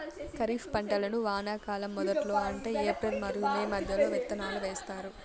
ఖరీఫ్ పంటలను వానాకాలం మొదట్లో అంటే ఏప్రిల్ మరియు మే మధ్యలో విత్తనాలు వేస్తారు